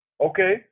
okay